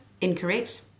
incorrect